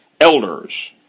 elders